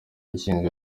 ngingo